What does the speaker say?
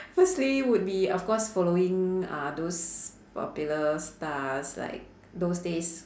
firstly would be of course following uh those popular stars like those days